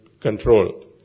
control